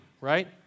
right